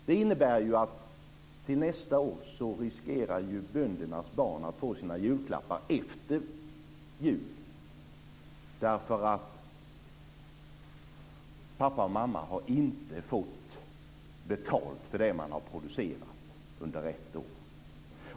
Det innebär att till nästa år riskerar böndernas barn att få sina julklappar efter jul eftersom pappa och mamma inte har fått betalt för det man har producerat under rätt år.